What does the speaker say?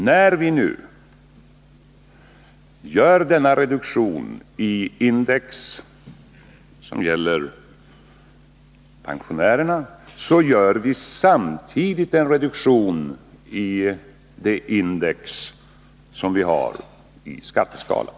När vi nu gör en reduktion av index när det gäller pensionärerna gör vi samtidigt en reduktion av det index som vi har i skatteskalan.